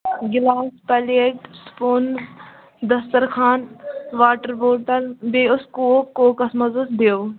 glass plate spoon دَستَرخان water bottle بیٚیہِ اوس کوک کوکَس منٛز اوس ڈِو